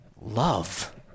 love